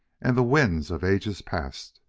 and the winds of ages past.